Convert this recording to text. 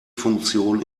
funktion